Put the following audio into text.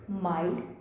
mild